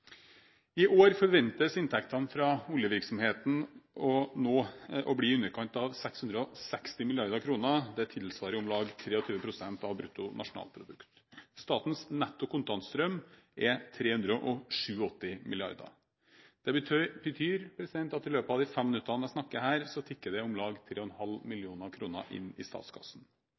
I år forventes inntektene fra oljevirksomheten å bli i underkant av 660 mrd. kr. Det tilsvarer om lag 23 pst. av brutto nasjonalprodukt. Statens netto kontantstrøm er 387 mrd. kr. Det betyr at i løpet av de fem minuttene jeg snakker her, tikker det om lag 3,5 mill. kr inn i statskassen.